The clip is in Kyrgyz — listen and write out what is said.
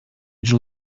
жыл